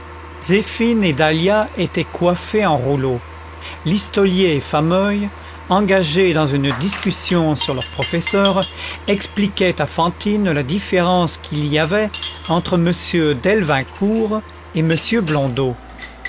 et dahlia étaient coiffées en rouleaux listolier et fameuil engagés dans une discussion sur leurs professeurs expliquaient à fantine la différence qu'il y avait entre m delvincourt et